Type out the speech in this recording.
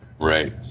Right